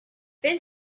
then